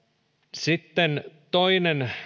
sitten toinen